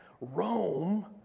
Rome